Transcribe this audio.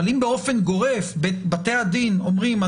אבל אם באופן גורף בתי הדין אומרים: